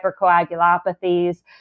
hypercoagulopathies